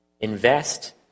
invest